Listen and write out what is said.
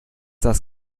das